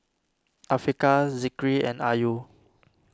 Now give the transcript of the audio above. Afiqah Zikri and Ayu